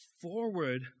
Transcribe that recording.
forward